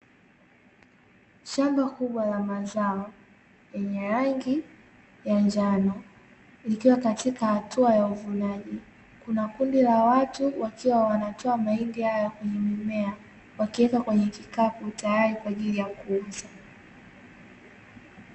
Shamba kubwa la mazao lenye rangi ya njano, likiwa katika hatua ya uvunaji, kuna kundi la watu wakiwa wanatoa mahindi hayo ya kwenye mimea, wakiweka kwenye kikapu tayari kwa ajili ya kuuza.